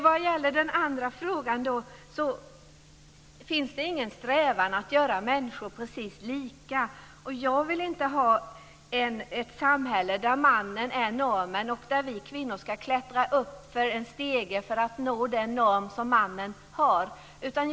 Vad gäller den andra frågan finns det ingen strävan att göra människor precis lika. Jag vill inte ha ett samhälle där mannen är normen och där vi kvinnor ska klättra upp för en stege för att nå den norm som utgår från mannen.